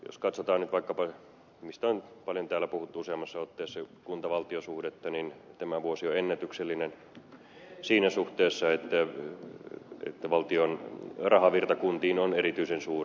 jos katsotaan nyt vaikkapa mistä on paljon täällä puhuttu useassa otteessa kuntavaltio suhdetta niin tämä vuosi on ennätyksellinen siinä suhteessa että valtion rahavirta kuntiin on erityisen suuri